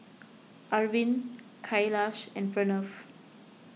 Arvind Kailash and Pranav